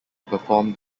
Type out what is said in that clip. performed